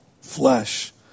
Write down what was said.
flesh